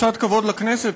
קצת כבוד לכנסת.